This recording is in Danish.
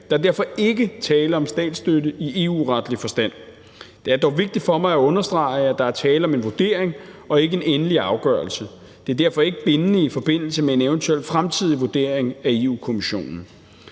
er derfor ikke tale om statsstøtte i EU-retlig forstand. Det er dog vigtigt for mig at understrege, at der er tale om en vurdering og ikke en endelig afgørelse. Det er derfor ikke bindende i forbindelse med en eventuel fremtidig vurdering af Europa-Kommissionen.